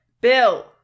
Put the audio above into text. Bill